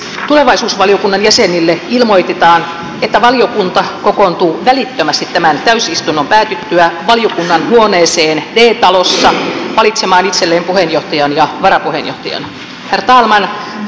tulevaisuusvaliokunnan jäsenille ilmoitetaan että valiokunta kokoontuu välittömästi tämän täysistunnon päätyttyä valiokunnan huoneeseen d talossa valitsemaan itselleen puheenjohtajan ja varapuheenjohtajan